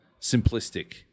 simplistic